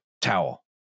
towel